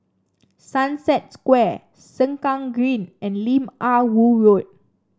Sunset Square Sengkang Green and Lim Ah Woo Road